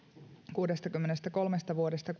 kuudestakymmenestäkolmesta vuodesta